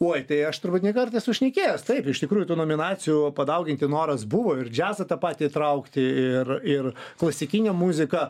oi tai aš turbūt ne kartą esu šnekėjęs taip iš tikrųjų tų nominacijų padauginti noras buvo ir džiazą tą patį įtraukti ir ir klasikinę muziką